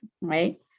right